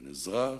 בין אזרח,